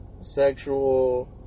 sexual